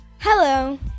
Hello